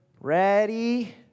ready